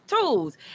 tools